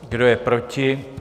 Kdo je proti?